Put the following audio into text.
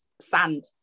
sand